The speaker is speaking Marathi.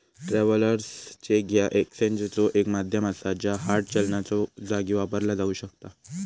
ट्रॅव्हलर्स चेक ह्या एक्सचेंजचो एक माध्यम असा ज्या हार्ड चलनाच्यो जागी वापरला जाऊ शकता